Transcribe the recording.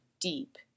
deep